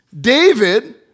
David